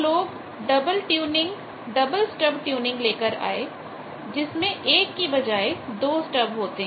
तो लोग double stub tuning लेकर आए जिसमें एक की बजाय दो स्टब होते हैं